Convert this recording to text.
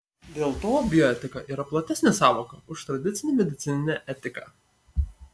dėl to bioetika yra platesnė sąvoka už tradicinę medicininę etiką